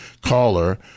caller